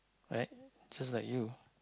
right just like you